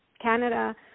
Canada